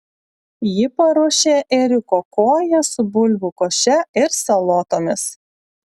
ji paruošė ėriuko koją su bulvių koše ir salotomis